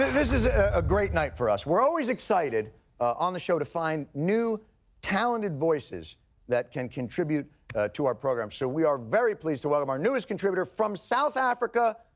this is a great night for us. we're always excited on the show to find new talented voices that can contribute to our program so we are very pleased to welcome our newest contributor from south africa,